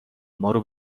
مارو